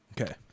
Okay